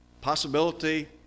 possibility